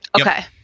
Okay